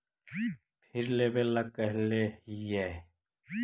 फिर लेवेला कहले हियै?